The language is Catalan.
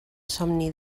somni